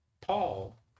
Paul